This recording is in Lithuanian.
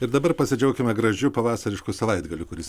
ir dabar pasidžiaukime gražiu pavasarišku savaitgaliu kuris